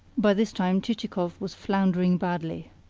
by this time chichikov was floundering badly.